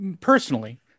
personally